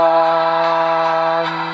one